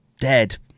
dead